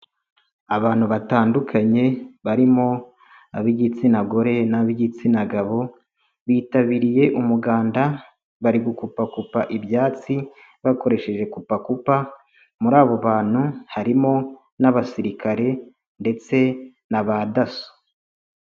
Abantu batandukanye barimo ab'igitsina gore n'ab'igitsina gabo, bitabiriye umuganda bari gukupapupa ibyatsi bakoresheje kupakupa, muri abo bantu harimo n'abasirikare ndetse n'aba daso.